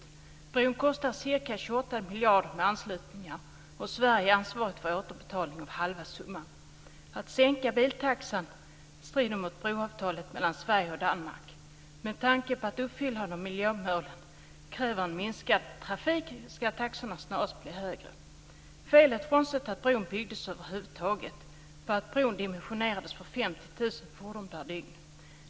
Bron kostade med anslutningar ca 28 miljarder kronor, och Sverige är ansvarigt för återbetalning av halva summan. Att sänka biltaxan strider mot broavtalet mellan Sverige och Danmark. Med tanke på att uppfyllandet av miljömålen kräver en minskad trafik ska taxorna snarare bli högre. Felet - frånsett att bron över huvud taget byggdes - var att bron dimensionerades för 50 000 fordon per dygn.